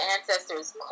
ancestors